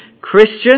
Christian